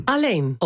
Alleen